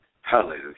Hallelujah